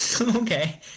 Okay